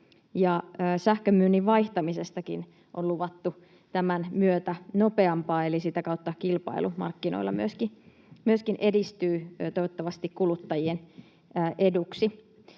sähkönmyynnin vaihtamisestakin on luvattu tämän myötä nopeampaa, eli sitä kautta kilpailu markkinoilla myöskin edistyy toivottavasti kuluttajien eduksi.